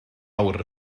awr